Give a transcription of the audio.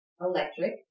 electric